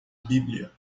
bíblia